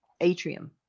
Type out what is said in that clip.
atrium